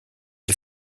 est